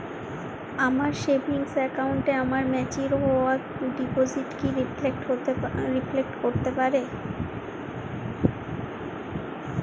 আমার সেভিংস অ্যাকাউন্টে আমার ম্যাচিওর হওয়া ডিপোজিট কি রিফ্লেক্ট করতে পারে?